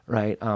right